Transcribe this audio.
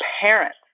parents